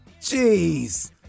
Jeez